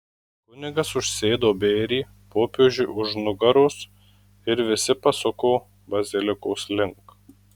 kunigas užsėdo bėrį popiežiui už nugaros ir visi pasuko bazilikos link